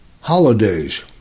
Holidays